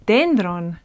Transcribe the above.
Dendron